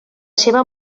seva